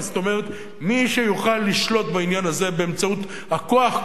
מי שיוכל לשלוט בעניין הזה באמצעות הכוח,